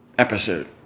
episode